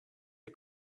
ihr